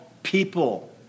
people